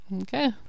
Okay